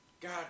God